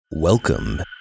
Welcome